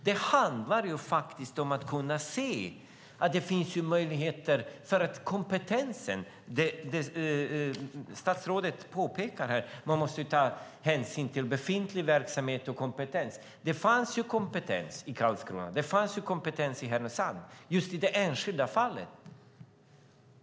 Det handlar faktiskt om att kunna se att det finns möjligheter. Statsrådet påpekar att man måste ta hänsyn till befintlig verksamhet och kompetens, och det fanns kompetens i Karlskrona och Härnösand just i det här enskilda fallet.